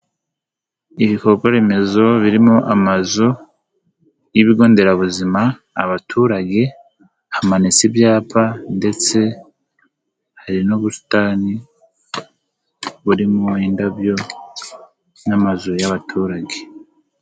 Ibikorwa remezo birimo amazu y'ibigo nderabuzima, abaturage, hamanitse ibyapa ndetse hari n'ubusitani burimo indabyo n'amazu y'abaturage.